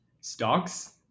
Stocks